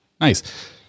Nice